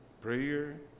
prayer